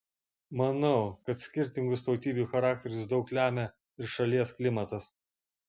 manau kad skirtingus tautybių charakterius daug lemia ir šalies klimatas